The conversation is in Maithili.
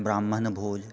ब्राह्मण भोज